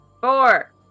Four